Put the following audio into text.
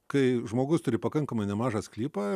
kai žmogus turi pakankamai nemažą sklypą